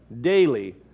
daily